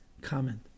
comment